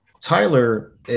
Tyler